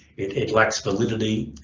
it lacks validity